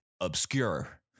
obscure